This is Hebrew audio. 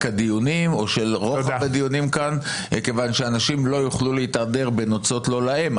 הדיונים כיוון שאנשים לא יוכלו להתהדר בנוצות לא להם.